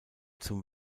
zum